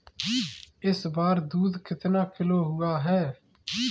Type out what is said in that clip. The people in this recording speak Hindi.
इस बार दूध कितना किलो हुआ है?